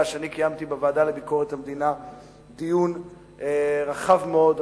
שאני קיימתי בוועדה לביקורת המדינה דיון רחב מאוד,